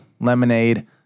Lemonade